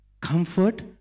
Comfort